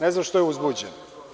Ne znam što je uzbuđen.